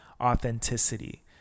Authenticity